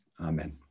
Amen